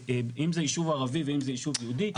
אם זה ישוב ערבי ואם זה ישוב יהודי,